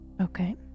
okay